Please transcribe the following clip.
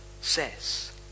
says